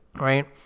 right